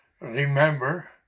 remember